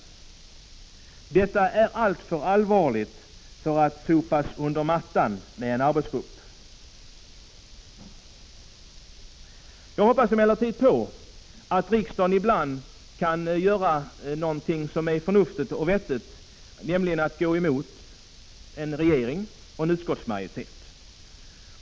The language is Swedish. Detta är alltför allvarligt för att sopas under mattan med hjälp av en arbetsgrupp. Jag hoppas emellertid på att riksdagen nu kan göra någonting som är förnuftigt och vettigt, nämligen att gå emot en regering och en utskottsmajoritet.